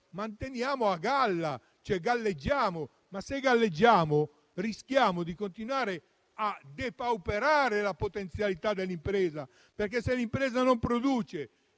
manteniamo a galla. Ma, se galleggiamo, rischiamo di continuare a depauperare la potenzialità dell'impresa, perché, se l'impresa non produce